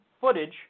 footage